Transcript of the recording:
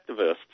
activists